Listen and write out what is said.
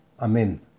Amen